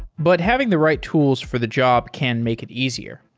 but having the right tools for the job can make it easier.